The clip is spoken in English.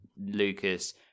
Lucas